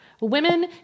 Women